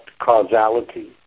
causality